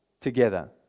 together